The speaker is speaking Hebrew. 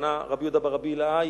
הכוונה רבי יהודה ברבי אלעאי,